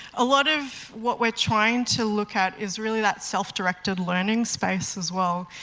a lot of what we're trying to look at is really that self-directed learning space as well.